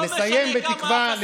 לא משנה כמה אפסים